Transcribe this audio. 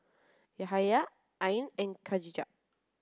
Yahaya Ain and Khatijah